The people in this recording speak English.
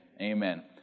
Amen